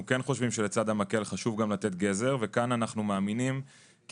אנחנו כן חושבים שלצד המקל חשוב גם לתת גזר וכאן אנחנו מאמינים כי